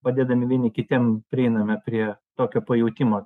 padedami vieni kitiem prieiname prie tokio pajutimo